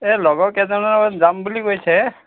এ লগৰ কেইজনো যাম বুলি কৈছে